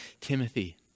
Timothy